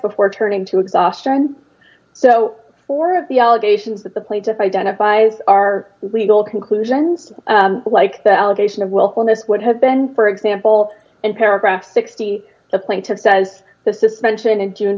before turning to exhaustion so four of the allegations that the plaintiff identifies are legal conclusions like the allegation of willfulness would have been for example and paragraph sixty the plaintiff does the suspension and june